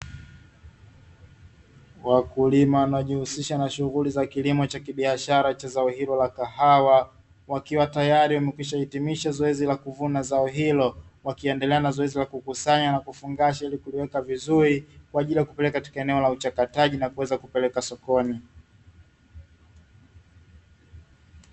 Wakulima wanaojihusisha na shughuli za kilimo cha biashara cha zao hilo la kahawa, wakiwa tayari wamekwishahitimisha zoezi la kuvuna zao hilo, wakiendelea na zoezi la kukusanya na kufungasha na kuweka vizuri kwa ajili ya kupeleka katika eneo la uchakataji na kuweza kupeleka sokoni.